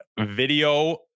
video